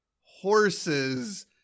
horses